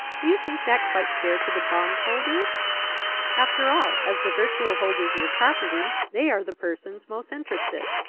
do you think that quite fair to the bondholders after all, as the virtual holders of the property, they are the persons most interested.